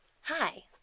Hi